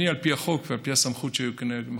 אני, על פי החוק, ועל פי הסמכות שמוקנית לי בחוק,